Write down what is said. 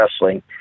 wrestling